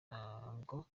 ntabwo